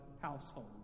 household